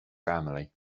family